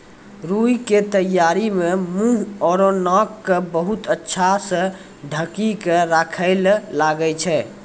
रूई के तैयारी मं मुंह आरो नाक क बहुत अच्छा स ढंकी क राखै ल लागै छै